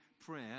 prayer